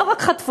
לא רק חטפו,